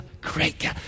great